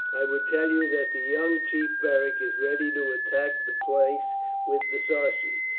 i would tell you that the young chief beric is ready to attack the place with the sarci.